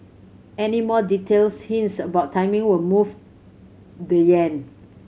any more details hints about timing will move the yen